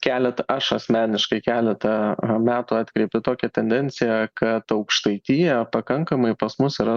keletą aš asmeniškai keletą metų atkreipiu tokią tendenciją kad aukštaitija pakankamai pas mus yra